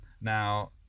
now